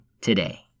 today